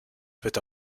wird